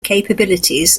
capabilities